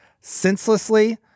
senselessly